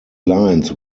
lines